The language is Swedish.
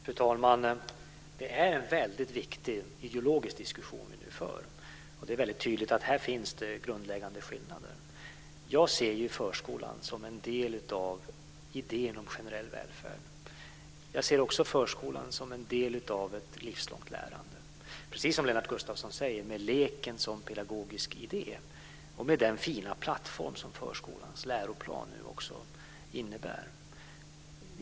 Fru talman! Det är en väldigt viktig ideologisk diskussion som vi nu för. Det är väldigt tydligt att det här finns grundläggande skillnader. Jag ser förskolan som en del av idén om generell välfärd. Jag ser också förskolan som en del av ett livslångt lärande, precis som Lennart Gustavsson säger, med leken som pedagogisk idé och med den fina plattform som förskolans läroplan utgör.